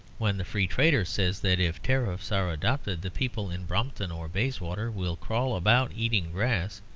when the free trader says that if tariffs are adopted the people in brompton or bayswater will crawl about eating grass,